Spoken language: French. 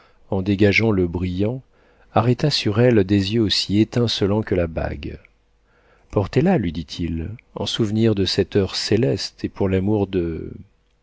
en dégageant le brillant arrêta sur elle des yeux aussi étincelants que la bague portez-la lui dit-il en souvenir de cette heure céleste et pour l'amour de